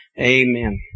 amen